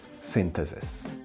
synthesis